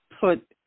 put